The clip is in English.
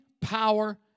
power